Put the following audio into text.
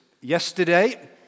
yesterday